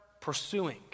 pursuing